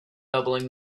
doubling